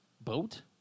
boat